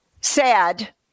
sad